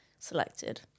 selected